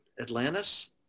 Atlantis